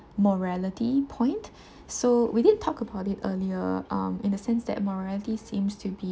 morality point so we did talk about it earlier um in a sense that morality seems to be